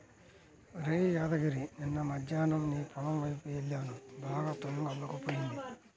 ఒరేయ్ యాదగిరి నిన్న మద్దేన్నం నీ పొలం వైపు యెల్లాను బాగా తుంగ అల్లుకుపోయింది